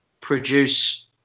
produce